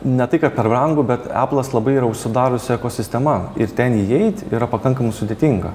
ne tai kad per brangu bet eplas labai yra užsidariusi ekosistema ir ten įeiti yra pakankamai sudėtinga